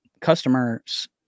customers